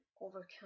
overcome